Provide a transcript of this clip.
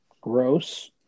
Gross